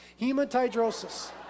Hematidrosis